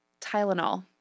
Tylenol